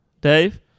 Dave